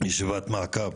ישיבת מעקב,